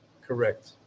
Correct